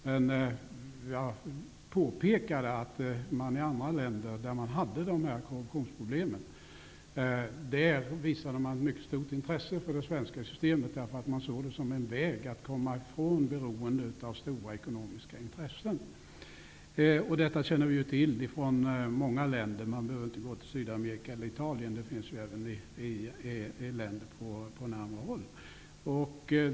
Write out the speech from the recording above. Jag påpekade att man i andra länder, där man har korruptionsproblem, visade mycket stort intresse för det svenska systemet. Man såg det som en väg att komma ifrån beroendet av stora ekonomiska intressen. Detta känner vi ju till från många länder. Man behöver inte gå till Sydamerika eller Italien, det finns även i länder på närmare håll.